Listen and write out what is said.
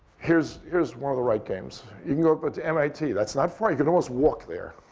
here's here's more of the right games. you can go but to mit. that's not far. you can always walk there.